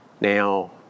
Now